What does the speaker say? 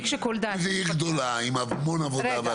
אם זו עיר גדולה עם המון עבודה?